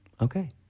okay